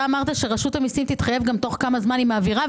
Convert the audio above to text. אתה אמרת שרשות המיסים תתחייב גם תוך כמה זמן היא מעבירה,